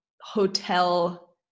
hotel